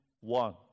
one